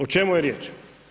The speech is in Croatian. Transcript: O čemu je riječ?